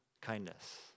kindness